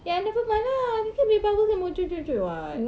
eh then nevermind lah they can be bubbles and more [what]